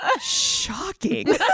shocking